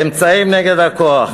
"אמצעי נגד הכוח.